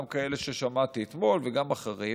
גם כאלה ששמעתי אתמול וגם אחרים,